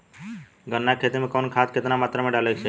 गन्ना के खेती में कवन खाद केतना मात्रा में डाले के चाही?